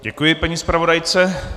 Děkuji paní zpravodajce.